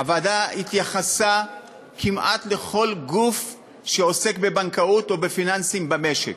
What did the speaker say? הוועדה התייחסה כמעט לכל גוף שעוסק בבנקאות או בפיננסים במשק,